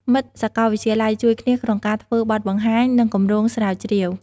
មិត្តសកលវិទ្យាល័យជួយគ្នាក្នុងការធ្វើបទបង្ហាញ និងគម្រោងស្រាវជ្រាវ។